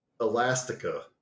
Elastica